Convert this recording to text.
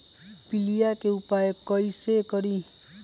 पीलिया के उपाय कई से करी?